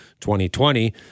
2020